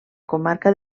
comarca